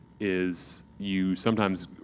is you sometimes